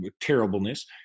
terribleness